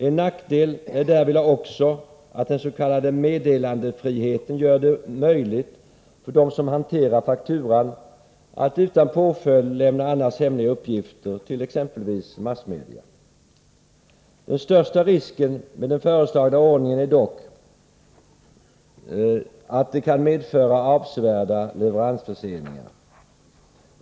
En nackdel därvidlag är också att den s.k. meddelandefriheten gör det möjligt för dem som hanterar fakturan att utan påföljd lämna annars hemliga uppgifter till exempelvis massmedia. Den största risken med den föreslagna ordningen är dock att den kan medföra avsevärda leveransförseningar.